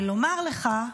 ולומר לך,